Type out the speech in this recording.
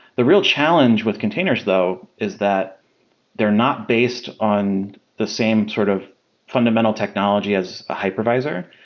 the real challenge with containers though is that they're not based on the same sort of fundamental technology as a hypervisor.